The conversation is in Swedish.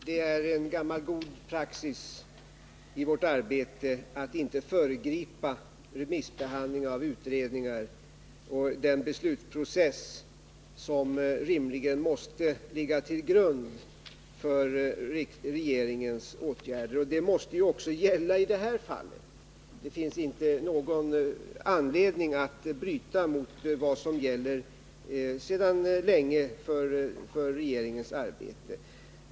Herr talman! Det är gammal god praxis i vårt arbete att inte föregripa remissbehandling av utredningar och den beslutsprocess som rimligen måste ligga till grund för regeringens åtgärder. Denna ordning måste gälla också i det här fallet. Det finns inte någon anledning att bryta mot vad som gäller sedan länge för regeringens arbete.